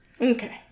Okay